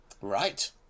right